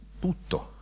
putto